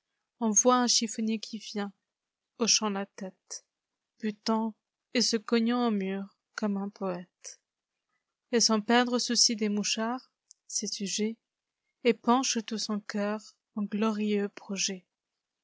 on voit un chiffonnier qui vient hochant la tête buttant et se cognant aux murs comme un poëte et sans prendre souci des mouchards ses sujets épanche tout son cœur en glorieux projets